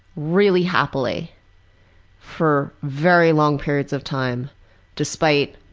really happily for very long periods of time despite